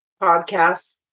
podcast